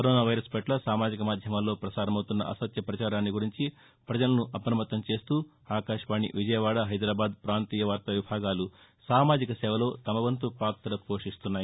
corona virus పట్ల సామాజిక మాధ్యమాల్లో ప్రసారమపుతున్న అసత్య ప్రచారాన్ని గురించి పజలను అపమత్తం చేస్తూ ఆకాశవాణి విజయవాడ హైదరాబాద్ ప్రాంతీయ వార్తా విభాగాలు సామాజిక సేవలో తమ వంతు పాత పోషిస్తున్నాయి